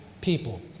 people